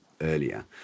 earlier